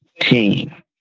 team